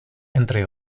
entre